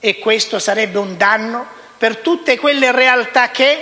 E questo sarebbe un danno per tutte quelle realtà che,